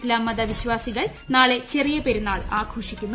ഇസ്ലാംമത വിശ്വാസികൾ നാളെ ചെറിയ പെരുന്നാൾ ആഘോഷിക്കുന്നു